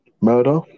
Murder